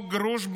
כל גרוש,